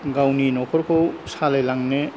गावनि न'खरखौ सालायलांनो